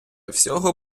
всього